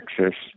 Texas